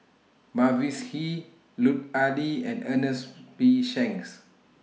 Mavis Hee Lut Ali and Ernest P Shanks